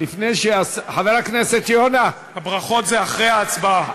חבר הכנסת יונה, הברכות אחרי ההצבעה.